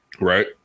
right